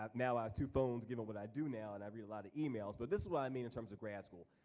ah now our two phones give what i do now and i read a lot of emails. but this is what i mean in terms of grad school.